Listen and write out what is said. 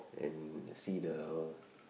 and see the